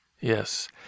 Yes